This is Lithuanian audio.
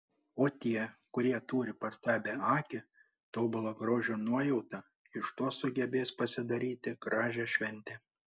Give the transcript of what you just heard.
o tie kurie turi pastabią akį tobulą grožio nuojautą iš to sugebės pasidaryti gražią šventę